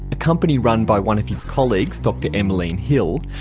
a company run by one of his colleagues, dr emmeline hill,